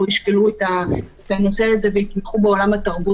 ישקלו את הנושא הזה ויתמכו בעולם התרבות,